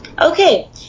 Okay